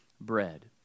bread